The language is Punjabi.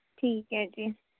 ਠੀਕ ਹੈ ਜੀ